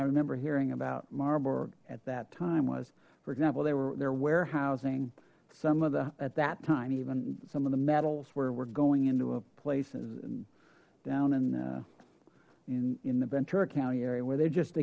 i remember hearing about marburg at that time was for example they were there warehousing some of the at that time even some of the metals where we're going into a places and down in in in the ventura county area where they just